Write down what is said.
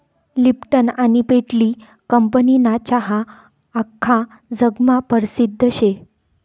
Lipton आनी पेटली कंपनीना चहा आख्खा जगमा परसिद्ध शे